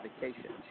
vacation